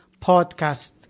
podcast